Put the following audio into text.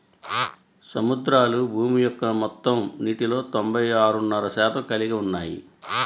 సముద్రాలు భూమి యొక్క మొత్తం నీటిలో తొంభై ఆరున్నర శాతం కలిగి ఉన్నాయి